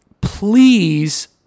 please